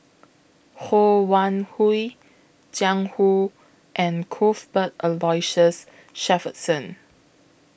Ho Wan Hui Jiang Hu and Cuthbert Aloysius Shepherdson